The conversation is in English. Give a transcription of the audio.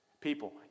People